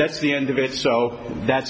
that's the end of it so that's